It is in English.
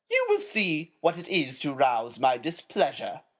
you will see what it is to rouse my displeasure.